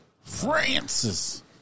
Francis